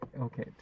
Okay